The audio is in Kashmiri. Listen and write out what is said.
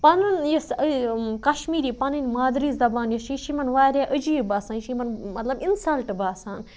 پَنُن یُس کشمیٖری پَنٕنۍ مادری زبان یۄس چھِ یہِ چھِ یِمَن واریاہ عجیٖب باسان یہِ چھِ یِمَن مطلب اِنسَلٹ باسان